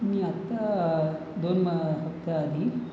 मी आता दोन हप्त्याआधी